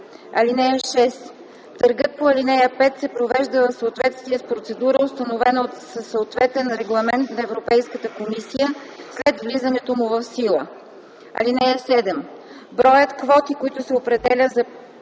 търг. (6) Търгът по ал. 5 се провежда в съответствие с процедура, установена със съответен регламент на Европейската комисия, след влизането му в сила. (7) Броят квоти, който се определя за